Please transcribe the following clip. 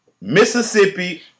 Mississippi